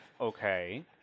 okay